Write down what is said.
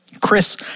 Chris